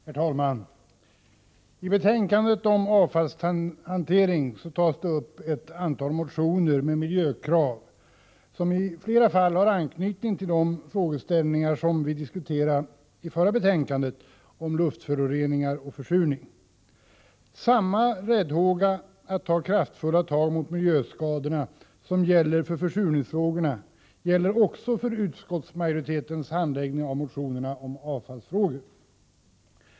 Herr talman! I betänkandet om avfallshantering behandlas ett antal motioner med miljökrav som i flera fall har anknytning till de frågeställningar vi diskuterade med anledning av betänkandet om luftföroreningar och försurning. Samma räddhåga att ta kraftfulla tag mot miljöskadorna som utskottsmajoriteten visat när det gäller försurningsfrågorna har majoriteten visat vid handläggningen av motionerna om avfallsfrågor.